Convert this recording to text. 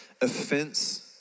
Offense